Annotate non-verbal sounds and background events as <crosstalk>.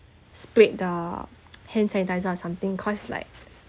sprayed the <noise> hand sanitiser or something cause like